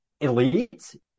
elite